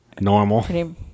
Normal